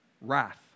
wrath